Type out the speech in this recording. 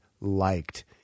liked